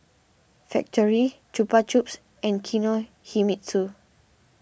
Factorie Chupa Chups and Kinohimitsu